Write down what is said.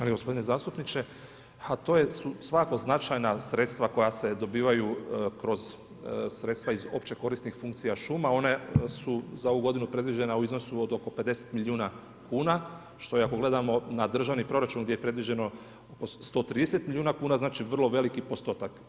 Uvaženi gospodine zastupniče pa to su sva značajna sredstva koja se dobivaju kroz sredstva iz Opće korisnih funkcija šuma, ona su za ovu godinu predviđena u iznosu od oko 50 milijuna kuna, što je ako gledamo na državni proračun gdje je predviđeno oko 130 milijuna kuna znači vrlo veliki postotak.